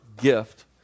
gift